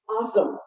Awesome